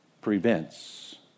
prevents